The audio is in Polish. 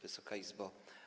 Wysoka Izbo!